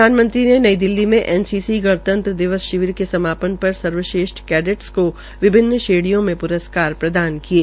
प्रधानमंत्री ने नई दिल्ली में एन सी सी गणतंत्र दिवस शिविर के समापन पर सर्वश्रेष्ठ कैडेट्स को विभिन्न श्रेणियों में प्रस्कार प्रदान किये